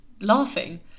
laughing